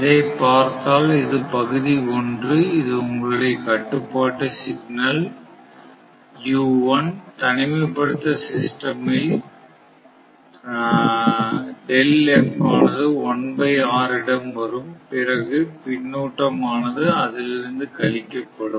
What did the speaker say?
இதைப் பார்த்தால் இது பகுதி 1 இது உங்களுடைய கட்டுப்பாட்டு சிக்னல் தனிமைப்படுத்தப்பட்ட சிஸ்டம் ல் ஆனதுஇடம் வரும் பிறகு பின்னூட்டம் ஆனது அதில் இருந்து கழிக்கப்படும்